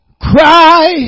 cry